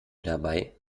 dabei